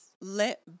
let